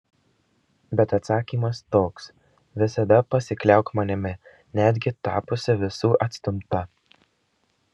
bet atsakymas toks visada pasikliauk manimi netgi tapusi visų atstumta